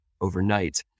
overnight